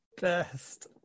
best